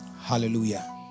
Hallelujah